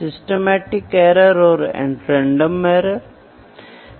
हमने अब मेकैनिज्म प्रकार को एमपीरीकल मेथड रेशनल मेथड और एक्सपेरिमेंटल मेथड में वर्गीकृत किया है